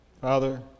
Father